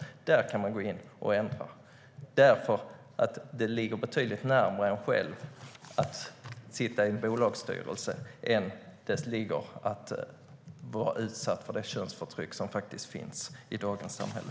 Där kan man gå in och ändra, därför att det ligger betydligt närmare en själv att sitta en bolagsstyrelse än att vara utsatt för det könsförtryck som faktiskt finns i dagens samhälle.